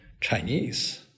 Chinese